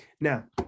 Now